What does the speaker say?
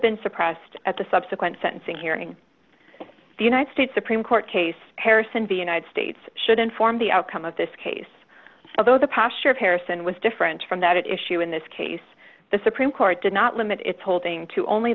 been suppressed at the subsequent sentencing hearing the united states supreme court case harrison v united states should inform the outcome of this case although the posture of harrison was different from that issue in this case the supreme court did not limit its holding to only